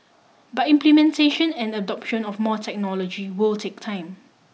but implementation and adoption of more technology will take time